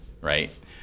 right